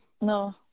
No